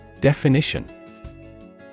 Definition